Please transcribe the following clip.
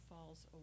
falls